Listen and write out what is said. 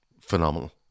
phenomenal